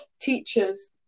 teachers